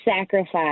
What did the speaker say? Sacrifice